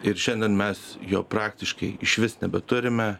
ir šiandien mes jo praktiškai išvis nebeturime